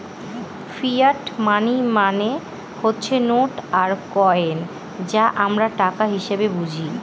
fiat money মানে হচ্ছে note আর কয়েন যা আমরা টাকা হিসেবে বুঝি